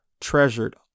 treasured